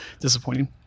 disappointing